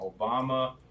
Obama